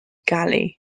galley